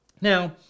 Now